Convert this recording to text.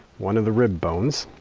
one of the rib bones.